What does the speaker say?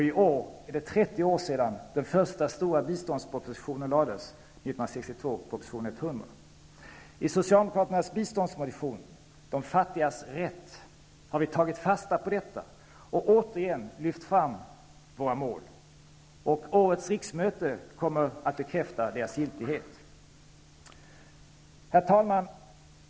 I år är det 30 år sedan den första stora biståndspropositionen lades fram, proposition ''De fattigas rätt'', har vi tagit fasta på detta och återigen lyft fram våra mål. Årets riksmöte kommer att bekräfta deras giltighet. Herr talman!